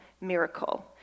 miracle